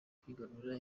kwigarurira